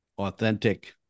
authentic